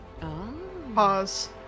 Pause